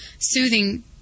soothing